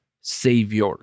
Savior